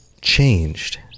changed